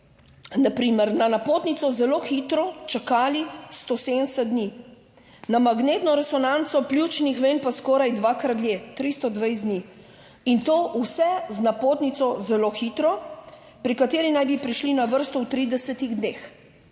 na napotnico, zelo hitro čakali 170 dni, na magnetno resonanco pljučnih ven pa skoraj dvakrat dlje, 320 dni. In to vse z napotnico zelo hitro, pri kateri naj bi prišli na vrsto v 30 dneh,